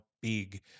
big